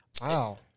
wow